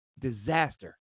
disaster